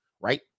right